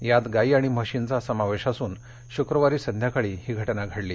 यात गाई आणि म्हशींचा समावेश असून शुक्रवारी संध्याकाळी ही घटना घडली